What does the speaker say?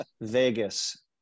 Vegas